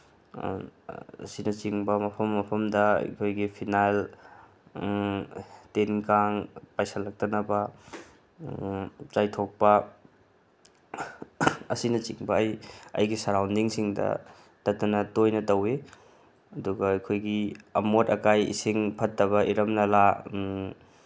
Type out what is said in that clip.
ꯑꯁꯤꯅꯆꯤꯡꯕ ꯃꯐꯝ ꯃꯐꯝꯗ ꯑꯩꯈꯣꯏꯒꯤ ꯐꯤꯅꯥꯏꯜ ꯇꯤꯟ ꯀꯥꯡ ꯄꯥꯏꯁꯤꯜꯂꯛꯇꯅꯕ ꯆꯥꯏꯊꯣꯛꯄ ꯑꯁꯤꯅꯆꯤꯡꯕ ꯑꯩ ꯑꯩꯒꯤ ꯁꯔꯥꯎꯟꯗꯤꯡꯁꯤꯡꯗ ꯇꯠꯇꯅ ꯇꯣꯏꯅ ꯇꯧꯏ ꯑꯗꯨꯒ ꯑꯩꯈꯣꯏꯒꯤ ꯑꯃꯣꯠ ꯑꯀꯥꯏ ꯏꯁꯤꯡ ꯐꯠꯇꯕ ꯏꯔꯝ ꯅꯂꯥ